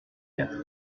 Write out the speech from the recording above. quatre